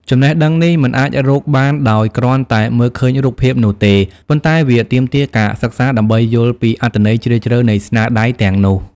ចំណេះដឹងនេះមិនអាចរកបានដោយគ្រាន់តែមើលឃើញរូបភាពនោះទេ ប៉ុន្តែវាទាមទារការសិក្សាដើម្បីយល់ពីអត្ថន័យជ្រាលជ្រៅនៃស្នាដៃទាំងនោះ។